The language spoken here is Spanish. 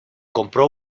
compró